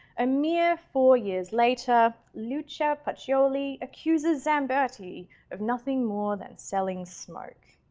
a mere four years later, luca paciolo accuses zambertti of nothing more than selling smoke.